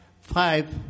five